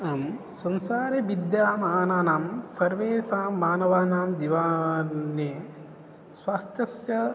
आं संसारे विद्यामानानां सर्वेषां मानवानां जीवने स्वास्थ्यस्य